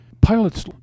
pilots